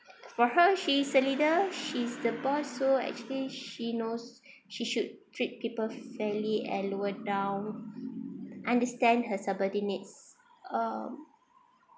for her she's a leader she's the boss so actually she knows she should treat people fairly and lower down understand her subordinate needs um